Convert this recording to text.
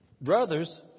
Brothers